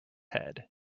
head